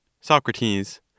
Socrates